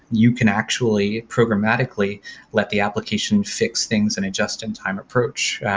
you can actually programmatically let the application fix things in a just-in-time approach.